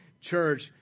church